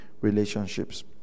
relationships